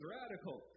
radical